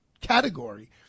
category